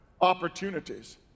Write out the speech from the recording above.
Opportunities